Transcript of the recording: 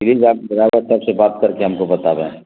please آپ driver صاحب سے بات کر کے ہم کو بتا دیں